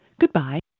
Goodbye